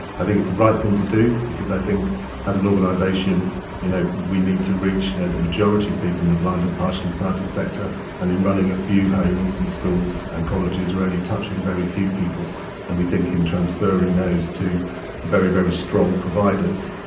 i think it's the right thing to do because i think as an organisation you know we need to reach the majority of people in the blind and partially sighted sector and in running a few homes and schools and colleges are only touching a very few people and we think in transferring those to very very strong providers,